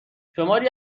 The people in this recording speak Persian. شماری